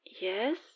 yes